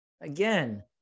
again